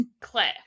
Claire